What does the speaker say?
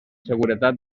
seguretat